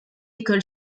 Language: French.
école